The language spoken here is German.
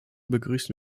begrüßen